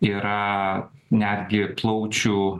yra netgi plaučių